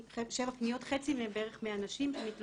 מיכאל